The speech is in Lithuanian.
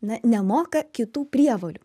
na nemoka kitų prievolių